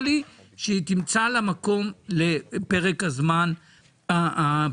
לי שהיא תמצא לה מקום לפרק הזמן הזה.